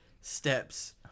Steps